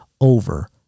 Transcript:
over